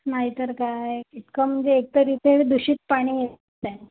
नाहीतर काय इतकं म्हणजे इतकं दुषित पाणी येतंय